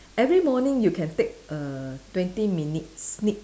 every morning you can take a twenty minutes sneak